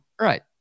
right